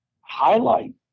highlight